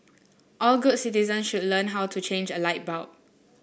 all good citizens should learn how to change a light bulb